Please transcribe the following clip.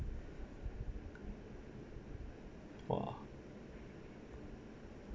!wah!